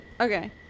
Okay